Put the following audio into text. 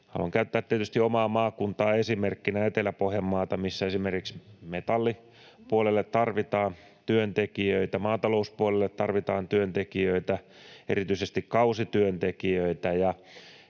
Haluan käyttää tietysti esimerkkinä omaa maakuntaa, Etelä-Pohjanmaata, missä esimerkiksi metallipuolelle tarvitaan työntekijöitä, maatalouspuolelle tarvitaan työntekijöitä, erityisesti kausityöntekijöitä,